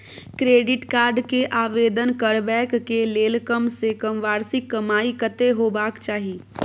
Credit card के आवेदन करबैक के लेल कम से कम वार्षिक कमाई कत्ते होबाक चाही?